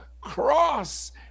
cross